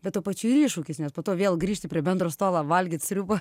bet tuo pačiu ir iššūkis nes po to vėl grįžti prie bendro stalo valgyt sriubą